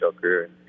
career